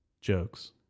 jokes